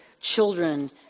children